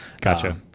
gotcha